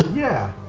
yeah.